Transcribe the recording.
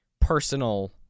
personal